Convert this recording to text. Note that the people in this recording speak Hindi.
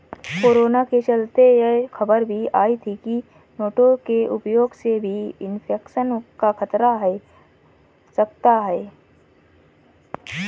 कोरोना के चलते यह खबर भी आई थी की नोटों के उपयोग से भी इन्फेक्शन का खतरा है सकता है